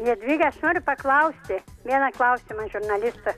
jadvyga aš noriu paklausti vieną klausimą žurnalisto